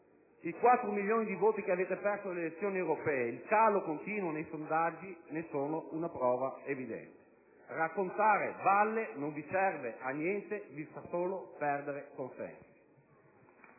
milioni di voti che avete perso alle elezioni europee e il calo continuo nei sondaggi ne sono una prova evidente. Raccontare balle non vi serve a niente, vi fa solo perdere consensi.